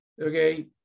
okay